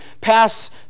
pass